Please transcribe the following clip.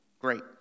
great